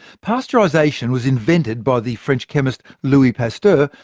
pasteurisation was invented by the french chemist, louis pasteur,